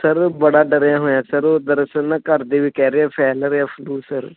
sir ਬੜਾ ਡਰਿਆ ਹੋਇਆਂ ਸਰ ਉਹ ਦਰਅਸਲ ਨਾ ਘਰਦੇ ਵੀ ਕਹਿ ਰਹੇ ਫੈਲ ਰਿਹਾ ਫਲੂ ਸਰ